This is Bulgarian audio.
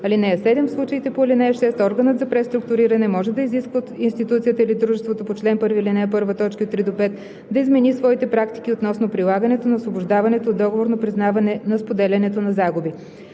клауза. (7) В случаите по ал. 6 органът за преструктуриране може да изиска от институцията или дружеството по чл. 1, ал. 1, т. 3 – 5 да измени своите практики относно прилагането на освобождаването от договорно признаване на споделянето на загуби.